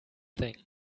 thing